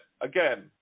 again